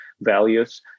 values